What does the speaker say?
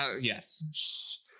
yes